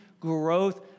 growth